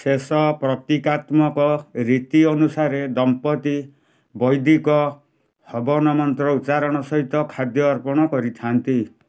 ଶେଷ ପ୍ରତୀକାତ୍ମକ ରୀତି ଅନୁସାରେ ଦମ୍ପତି ବୈଦିକ ହବନ ମନ୍ତ୍ର ଉଚ୍ଚାରଣ ସହିତ ଖାଦ୍ୟ ଅର୍ପଣ କରିଥାନ୍ତି